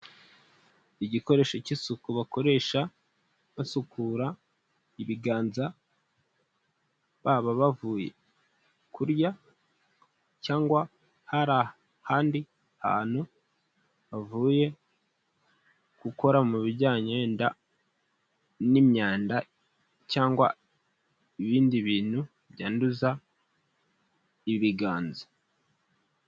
Igikoresho cy'isuku bakoresha basukura ibiganza baba bavuye kurya, cyangwa hari ahandi hantu havuye gukora mu bijyanye yenda n'imyanda cyangwa ibindi bintu byanduza ibiganza.